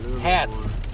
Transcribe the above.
hats